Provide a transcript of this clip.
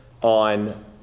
on